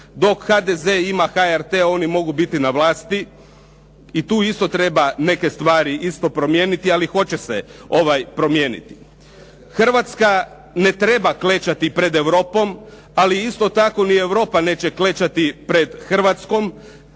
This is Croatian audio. Dok HDZ ima HRT oni mogu biti na vlasti. I tu isto treba neke stvari isto promijeniti, ali hoće se promijeniti. Hrvatska ne treba klečati pred Europom, ali isto tako ni Europa neće klečati pred Hrvatskom,